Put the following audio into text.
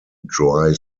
dry